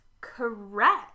Correct